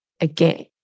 again